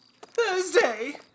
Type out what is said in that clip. Thursday